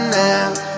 now